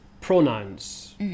pronouns